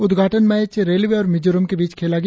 उद्घाटन match railway और मिजोरम के बीच खेला गया